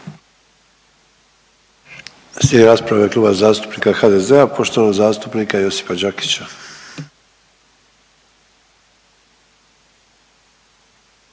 Slijedi rasprava u ime Kluba zastupnika HDZ-a poštovanog zastupnika Josipa Đakića.